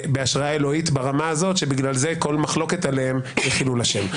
בהשראה אלוהית ברמה הזאת שבגלל זה כל מחלוקת עליהם היא חילול השם.